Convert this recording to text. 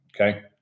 Okay